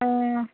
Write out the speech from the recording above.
অঁ